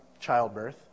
childbirth